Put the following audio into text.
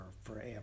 forever